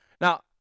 Now